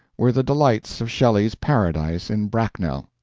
were the delights of shelley's paradise in bracknell.